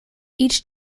each